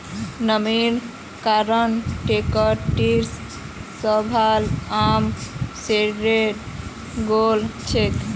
नमीर कारण टोकरीर सबला आम सड़े गेल छेक